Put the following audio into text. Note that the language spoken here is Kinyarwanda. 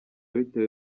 bitewe